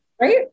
Right